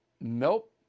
nope